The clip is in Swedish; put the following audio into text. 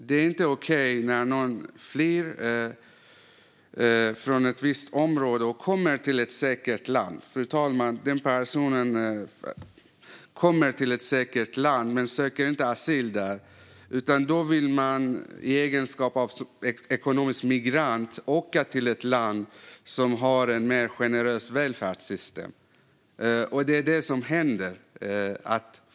Det är inte okej när en person flyr och kommer till ett säkert land men inte söker asyl där utan vill åka vidare som ekonomisk migrant till ett land med ett mer generöst välfärdssystem.